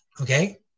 okay